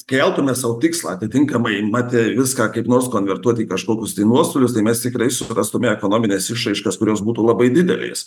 keltume sau tikslą atitinkamai mat viską kaip nors konvertuoti į kažkokius tai nuostolius tai mes tikrai suprastume ekonomines išraiškas kurios būtų labai didelės